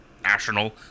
national